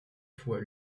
fois